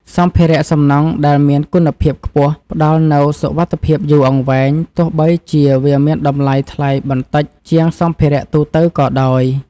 សម្ភារៈសំណង់ដែលមានគុណភាពខ្ពស់ផ្តល់នូវសុវត្ថិភាពយូរអង្វែងទោះបីជាវាមានតម្លៃថ្លៃបន្តិចជាងសម្ភារៈទូទៅក៏ដោយ។